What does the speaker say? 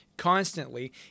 constantly